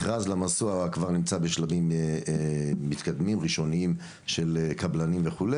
מכרז למסוע כבר נמצא בשלבים מתקדמים ראשונים של קבלנים וכו',